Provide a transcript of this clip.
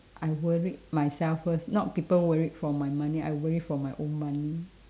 I worried myself first not people worried for my money I worried for my own money